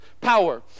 power